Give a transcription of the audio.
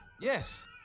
Yes